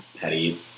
petty